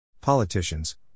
Politicians